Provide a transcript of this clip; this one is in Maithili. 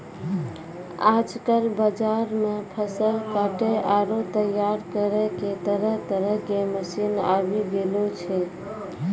आजकल बाजार मॅ फसल काटै आरो तैयार करै के तरह तरह के मशीन आबी गेलो छै